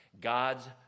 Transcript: God's